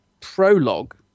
prologue